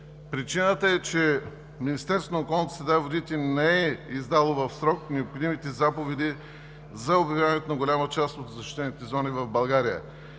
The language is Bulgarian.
среда и водите не е издало в срок необходимите заповеди за обявяването на голяма част от защитените зони в България.